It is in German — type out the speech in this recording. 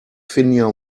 finja